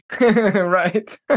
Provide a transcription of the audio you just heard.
Right